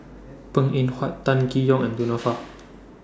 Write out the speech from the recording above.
Png Eng Huat Tan Tee Yoke and Du Nanfa